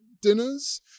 dinners